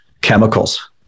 chemicals